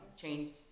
change